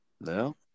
No